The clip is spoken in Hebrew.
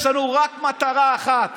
יש רק מטרה אחת,